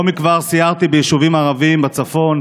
לא מכבר סיירתי ביישובים ערביים בצפון,